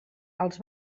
als